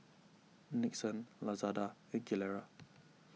Nixon Lazada and Gilera